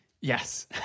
yes